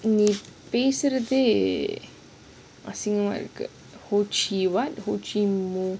பேசுறதே அசிங்கமா இருக்கு:peasurathe asingamaa irukku ho chih what ho chih minh